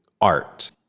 art